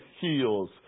heals